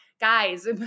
guys